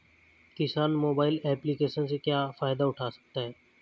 किसान mobile application से क्या फायदा उठा सकता है?